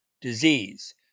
disease